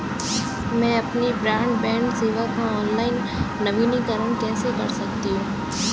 मैं अपनी ब्रॉडबैंड सेवा का ऑनलाइन नवीनीकरण कैसे कर सकता हूं?